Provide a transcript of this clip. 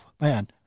man